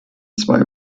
zwei